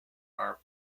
are